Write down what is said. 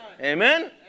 Amen